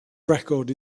record